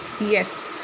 yes